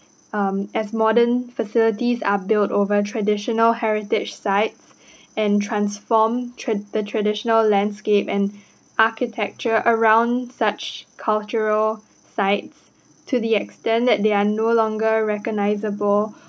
um as modern facilities are built over traditional heritage site and transform tra~ the traditional landscape and architecture around such cultural site to the extent that they are no longer recognisable